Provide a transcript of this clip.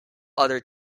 other